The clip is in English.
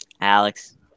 Alex